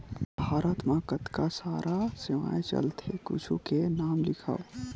भारत मा कतका सारा सेवाएं चलथे कुछु के नाम लिखव?